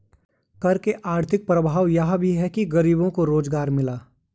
कर के आर्थिक प्रभाव यह भी है कि गरीबों को रोजगार मिला